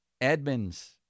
Edmonds